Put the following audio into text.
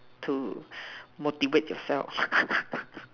to motivate yourself